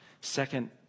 Second